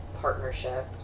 partnership